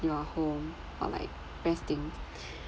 you're home or like resting